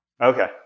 Okay